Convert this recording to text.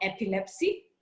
epilepsy